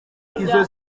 izo